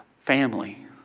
family